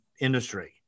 industry